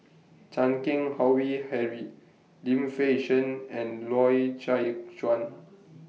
Chan Keng Howe Harry Lim Fei Shen and Loy Chye Chuan